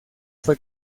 fue